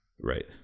right